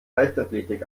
leichtathletik